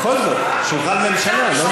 בכל זאת שולחן ממשלה, לא?